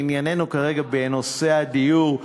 ענייננו כרגע בנושא הדיור,